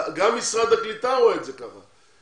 גם משרד הקליטה רואה את זה ככה,